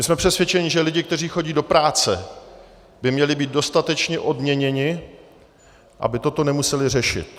My jsme přesvědčeni, že lidé, kteří chodí do práce, by měli být dostatečně odměněni, aby toto nemuseli řešit.